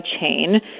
chain